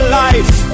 life